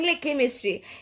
chemistry